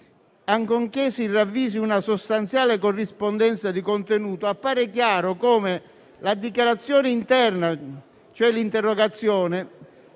Ancorché si ravvisi una sostanziale corrispondenza di contenuto, appare chiaro come la dichiarazione interna, ossia l'interrogazione,